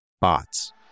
bots